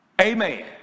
amen